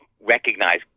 recognize